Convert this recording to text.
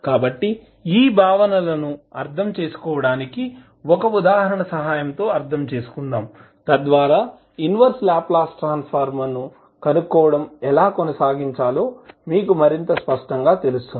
కాబట్టి ఈ భావనలను అర్థం చేసుకోవడానికి ఒక ఉదాహరణ సహాయంతో అర్థం చేసుకుందాం తద్వారా ఇన్వర్స్ లాప్లాస్ ట్రాన్స్ ఫార్మ్ ను కనుగొనడం ఎలా కొనసాగించాలో మీకు మరింత స్పష్టంగా తెలుస్తుంది